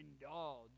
indulge